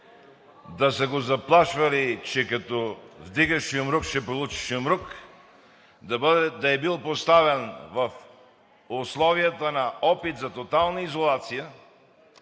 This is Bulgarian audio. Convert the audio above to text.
да са го заплашвали, че като вдигаш юмрук – ще получиш юмрук, да е бил поставен в условията на опит за тотална изолация